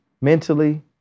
mentally